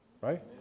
right